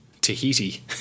Tahiti